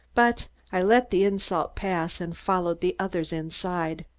but i let the insult pass and followed the others inside.